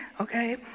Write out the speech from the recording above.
okay